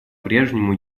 прежнему